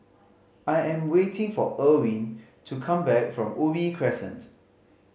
I am waiting for Irwin to come back from Ubi Crescent